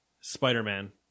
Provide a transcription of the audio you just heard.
Spider-Man